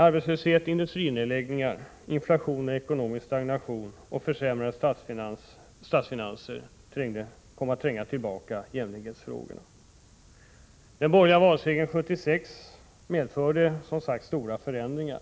Arbetslöshet, industrinedläggningar, inflation, ekonomisk stagnation och försämrade statsfinanser trängde tillbaka jämlikhetsfrågorna. Den borgerliga valsegern 1976 medförde som sagt stora förändringar.